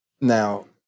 Now